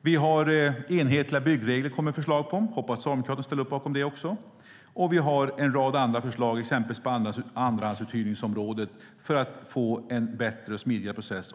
Vi kommer med förslag på enhetliga byggregler, och jag hoppas att Socialdemokraterna ställer upp bakom det. Vi har en rad andra förslag, exempelvis på andrahandsuthyrningsområdet, för att få en bättre och smidigare process.